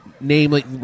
namely